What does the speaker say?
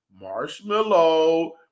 marshmallow